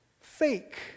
fake